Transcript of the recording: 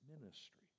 ministry